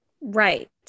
Right